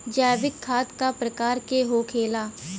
जैविक खाद का प्रकार के होखे ला?